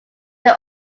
they